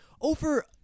over